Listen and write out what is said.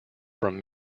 from